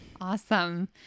Awesome